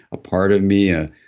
a part of me, a